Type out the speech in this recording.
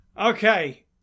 okay